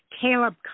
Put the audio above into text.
Caleb